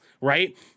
right